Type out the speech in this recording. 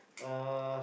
uh